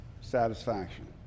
satisfaction